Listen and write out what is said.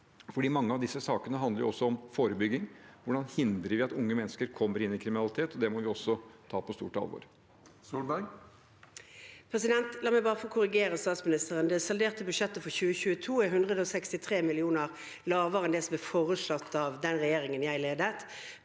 for mange av disse sakene handler også om forebygging, hvordan vi hindrer at unge mennesker kommer inn i kriminalitet. Det må vi også ta på stort alvor. Erna Solberg (H) La meg få korrigere statsministeren: Det salderte budsjettet for 2022 er 163 mill. kr lavere enn det som ble foreslått av den regjeringen jeg ledet,